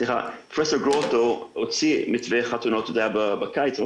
סליחה, הוציאו מתווה חתונות, זה היה בקיץ.